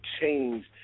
change